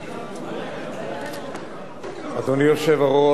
אדוני היושב-ראש, חברי חברי הכנסת,